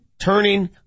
turning